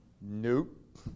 Nope